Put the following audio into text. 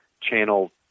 channel